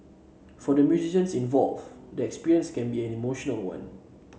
for the musicians involve the experience can be an emotional one